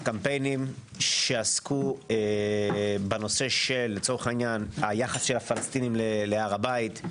קמפיינים שעסקו בנושא של היחס של הפלסטינים להר הבית,